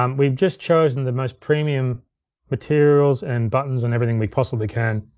um we've just chosen the most premium materials and buttons and everything we possibly can,